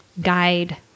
guide